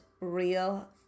real